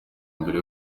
mbere